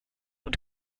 und